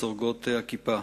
לסורגות הכיפה.